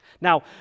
Now